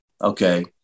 Okay